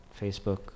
Facebook